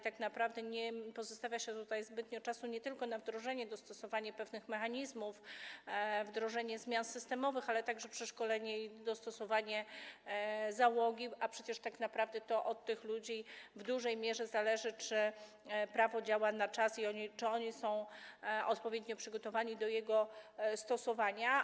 Tak naprawdę nie pozostawia się zbyt dużo czasu nie tylko na dostosowanie pewnych mechanizmów, wdrożenie zmian systemowych, ale także na przeszkolenie i dostosowanie załogi, a przecież tak naprawdę to od tych ludzi w dużej mierze zależy to, czy prawo działa na czas i czy są oni odpowiednio przygotowani do jego stosowania.